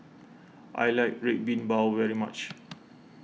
I like Red Bean Bao very much